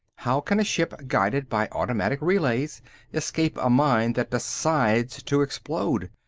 how can a ship guided by automatic relays escape a mine that decides to explode?